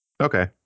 okay